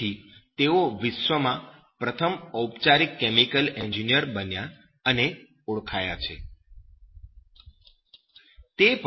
તેથી તેઓ વિશ્વના પ્રથમ ઔપચારિક કેમિકલ એન્જિનિયર બન્યા અને ઓળખાયા છે